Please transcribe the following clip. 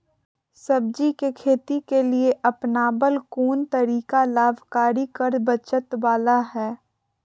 सब्जी के खेती के लिए अपनाबल कोन तरीका लाभकारी कर बचत बाला है?